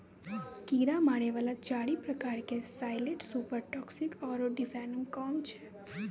कीड़ा मारै वाला चारि प्रकार के साइलेंट सुपर टॉक्सिक आरु डिफेनाकौम छै